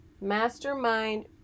Mastermind